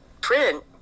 print